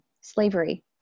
slavery